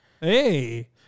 Hey